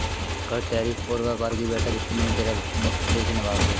कर, टैरिफ और व्यापार कि बैठक में तेरह देशों ने भाग लिया